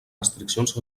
restriccions